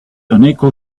unequal